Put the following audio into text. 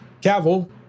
Cavill